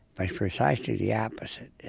but precisely the opposite,